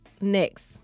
next